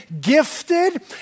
gifted